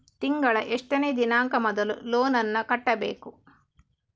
ತಿಂಗಳ ಎಷ್ಟನೇ ದಿನಾಂಕ ಮೊದಲು ಲೋನ್ ನನ್ನ ಕಟ್ಟಬೇಕು?